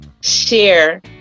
Share